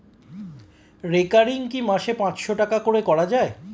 Recurring কি মাসে পাঁচশ টাকা করে করা যায়?